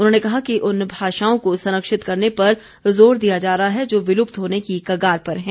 उन्होंने कहा कि उन भाषाओं को संरक्षित करने पर ज़ोर दिया जा रहा है जो विलुप्त होने की कगार पर हैं